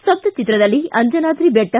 ಸ್ತಬ್ಧ ಚಿತ್ರದಲ್ಲಿ ಅಂಜನಾದ್ರಿ ಬೆಟ್ಟ